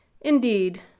Indeed